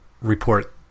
report